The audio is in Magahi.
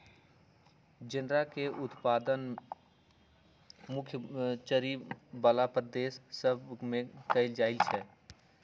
जनेरा के उत्पादन मुख्य चरी बला प्रदेश सभ में कएल जाइ छइ